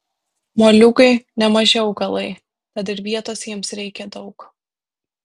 moliūgai nemaži augalai tad ir vietos jiems reikia daug